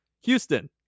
Houston